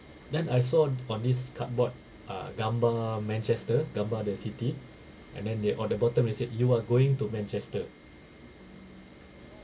then I saw on this cardboard ah gambar manchester gambar of the city and then they on the bottom they said you are going to manchester